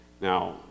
Now